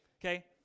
okay